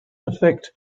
effect